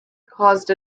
caused